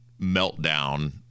meltdown